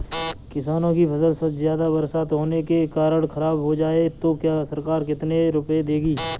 किसानों की फसल ज्यादा बरसात होने के कारण खराब हो जाए तो सरकार कितने रुपये देती है?